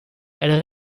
elles